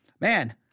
man